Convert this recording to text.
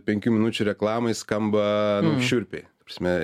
penkių minučių reklamai skamba šiurpiai ta prasme